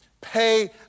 Pay